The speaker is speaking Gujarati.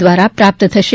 દ્વારા પ્રાપ્ત થશે